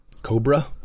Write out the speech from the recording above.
Cobra